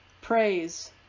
praise